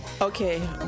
Okay